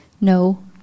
No